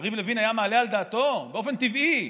יריב לוין היה מעלה על דעתו באופן טבעי?